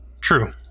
True